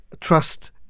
trust